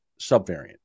subvariant